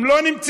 הם לא נמצאים,